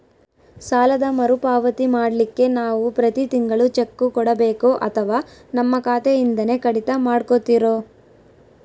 ಸಾಲದ ಮರುಪಾವತಿ ಮಾಡ್ಲಿಕ್ಕೆ ನಾವು ಪ್ರತಿ ತಿಂಗಳು ಚೆಕ್ಕು ಕೊಡಬೇಕೋ ಅಥವಾ ನಮ್ಮ ಖಾತೆಯಿಂದನೆ ಕಡಿತ ಮಾಡ್ಕೊತಿರೋ?